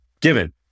given